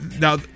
Now